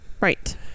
Right